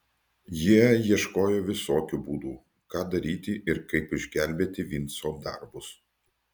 jie ieškojo visokių būdų ką daryti ir kaip išgelbėti vinco darbus